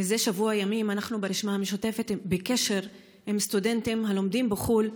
מזה שבוע ימים אנחנו ברשימה המשותפת בקשר עם סטודנטים הלומדים בחו"ל,